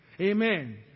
Amen